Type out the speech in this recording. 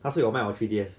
他是有卖 on P D S